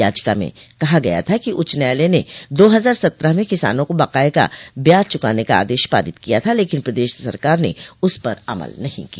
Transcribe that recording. याचिका में कहा गया था कि उच्च न्यायालय ने दो हजार सत्रह में किसानों का बकाये का ब्याज चुकाने का आदेश पारित किया था लेकिन प्रदेश सरकार ने उस पर अमल नहीं किया